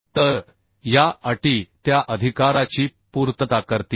तर या अटी त्या अधिकाराची पूर्तता करतील